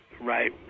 Right